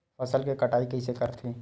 फसल के कटाई कइसे करथे?